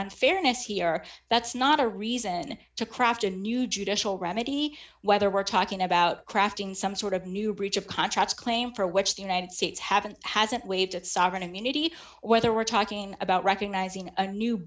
unfairness here that's not a reason to craft a new judicial remedy whether we're talking about crafting some sort of new breach of contract claim for which the united states have and hasn't waived its sovereign immunity whether we're talking about recognizing a new